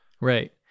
Right